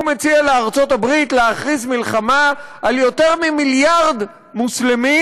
הוא מציע לארצות-הברית להכריז מלחמה על יותר ממיליארד מוסלמים,